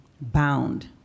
bound